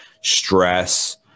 stress